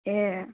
ए